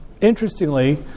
interestingly